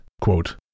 quote